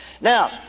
Now